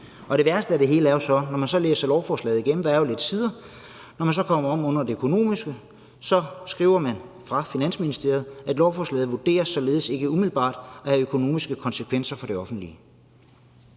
Det værste af det hele er så, at når man læser lovforslaget igennem – og der er jo lidt mange sider – og kommer om under det økonomiske, så skriver Finansministeriet: »Lovforslaget vurderes således ikke umiddelbart at have økonomiske konsekvenser for det offentlige.«